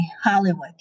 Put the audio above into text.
Hollywood